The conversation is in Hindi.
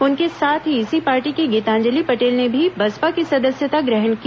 उनके साथ ही इसी पार्टी की गीतांजलि पटेल ने भी बसपा की सदस्यता ग्रहण की